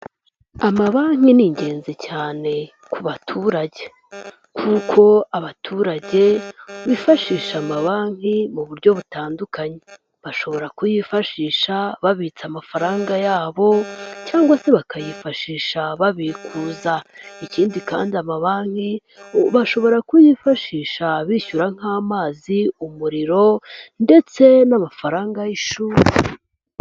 Amabanki ni ingenzi cyane ku baturage. Kuko abaturage bifashisha amabanki mu buryo butandukanye. Bashobora kuyifashisha babitsa amafaranga yabo, cyangwa se bakayifashisha babikuza. Ikindi kandi amabanki bashobora kuyifashisha bishyura nk'amazi, umuriro, ndetse n'amafaranga y'ishuri.